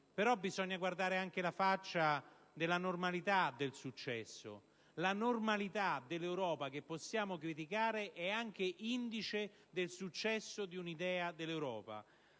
però guardare anche la faccia della normalità del successo. La normalità dell'Europa, che possiamo criticare, è anche indice del successo dell'idea dell'Europa: